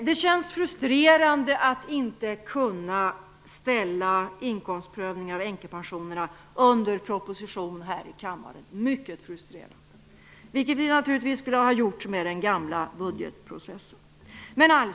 Det känns mycket frustrerande att inte kunna ställa inkomstprövningar av änkepensionerna under proposition här i kammaren. Det skulle vi naturligtvis ha gjort med den gamla budgetprocessen.